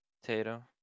Potato